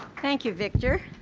thank you victor.